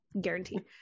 guarantee